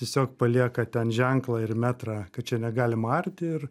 tiesiog palieka ten ženklą ir metrą kad čia negalima arti ir